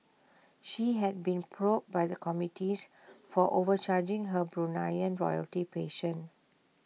she had been probed by the committees for overcharging her Bruneian royalty patient